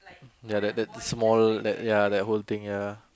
ya that that small that ya that whole thing ya